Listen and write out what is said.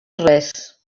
res